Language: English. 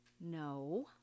No